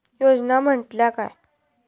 योजना म्हटल्या काय?